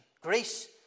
Greece